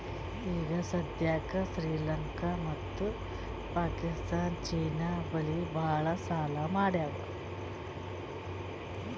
ಈಗ ಸದ್ಯಾಕ್ ಶ್ರೀಲಂಕಾ ಮತ್ತ ಪಾಕಿಸ್ತಾನ್ ಚೀನಾ ಬಲ್ಲಿ ಭಾಳ್ ಸಾಲಾ ಮಾಡ್ಯಾವ್